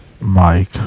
Mike